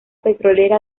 petrolera